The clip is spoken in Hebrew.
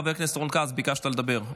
חבר הכנסת רון כץ, ביקשת לדבר.